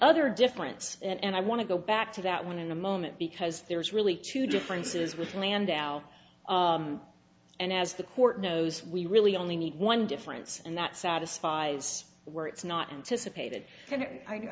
other difference and i want to go back to that one in a moment because there's really two differences with landau and as the court knows we really only need one difference and that satisfies were it's not anticipated